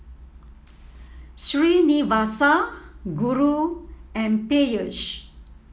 Srinivasa Guru and Peyush